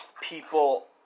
people